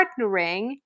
partnering